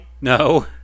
No